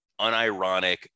unironic